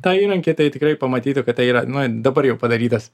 tą įrankį tai tikrai pamatytų kad tai yra na dabar jau padarytas